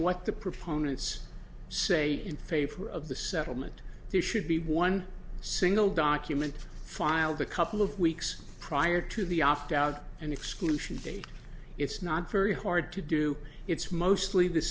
what the proponents say in favor of the settlement there should be one single document filed a couple of weeks prior to the opt out and exclusion date it's not very hard to do it's mostly the